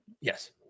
Yes